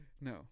no